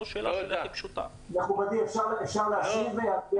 מכובדי, אפשר לענות?